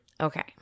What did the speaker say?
Okay